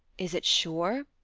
is it sure?